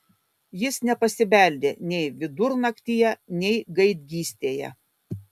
jis nepasibeldė nei vidurnaktyje nei gaidgystėje